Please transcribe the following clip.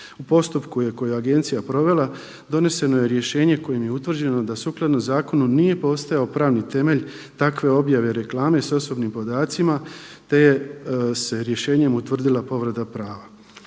U postupku je koji je agencija provela doneseno je rješenje kojim je utvrđeno da sukladno zakonu nije postojao pravni temelj takve objave reklame sa osobnim podacima, te se rješenjem utvrdila povreda prava.